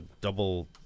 Double